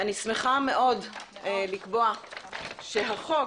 אני שמחה מאוד לקבוע שחוק